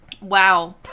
Wow